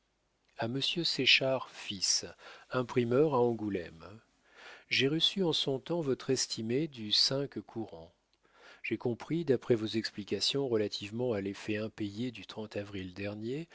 monsieur séchard fils imprimeur a angoulême j'ai reçu en son temps votre estimée du courant j'ai compris d'après vos explications relativement à l'effet impayé du avril dernier